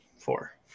four